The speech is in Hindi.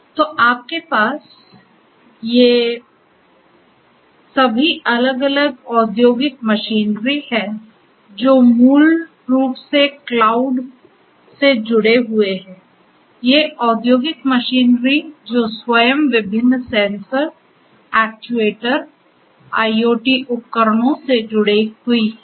तो आपके पास ये सभी अलग अलग औद्योगिक मशीनरी हैं जो मूल रूप से क्लाउड से जुड़े हुए हैं ये औद्योगिक मशीनरी जो स्वयं विभिन्न सेंसर एक्ट्यूएटर आईओटी उपकरणों से जुड़ी हुई हैं